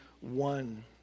one